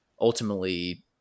ultimately